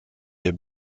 des